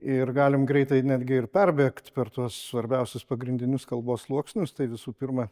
ir galim greitai netgi ir perbėgt per tuos svarbiausius pagrindinius kalbos sluoksnius tai visų pirma